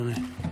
אדוני.